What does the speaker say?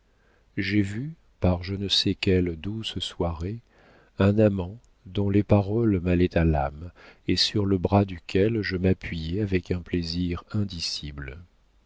j'ai vu par je ne sais quelle douce soirée un amant dont les paroles m'allaient à l'âme et sur le bras duquel je m'appuyais avec un plaisir indicible